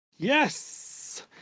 Yes